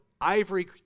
ivory